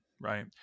Right